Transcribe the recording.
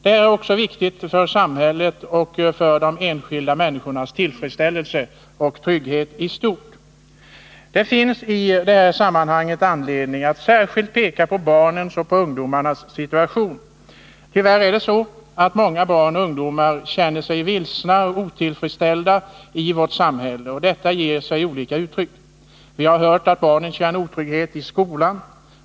Detta är också viktigt för samhället och för de enskilda människornas tillfredsställelse och trygghet i stort. Det finns i detta sammanhang anledning att särskilt peka på barnens och ungdomarnas situation. Tyvärr är det så att många barn och ungdomar känner sig vilsna och otillfredsställda i vårt samhälle, och detta tar sig olika uttryck. Vi har hört att barnen känner otrygghet i skolan.